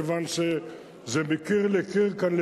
כיוון שזה מקיר לקיר כאן,